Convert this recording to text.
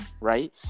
right